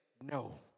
no